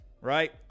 right